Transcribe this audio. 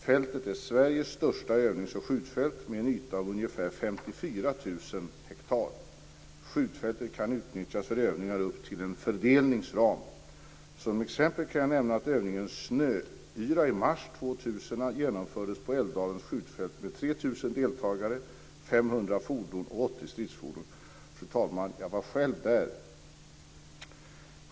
Fältet är Sveriges största övnings och skjutfält med en yta om ungefär 54 000 hektar. Skjutfältet kan utnyttjas för övningar upp till en fördelnings ram. Som exempel kan jag nämna att övningen Snöyra i mars 2000 genomfördes på Älvdalens skjutfält med 3 000 deltagare, 500 fordon och 80 stridsfordon. Jag var själv där, fru talman.